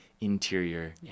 interior